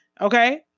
Okay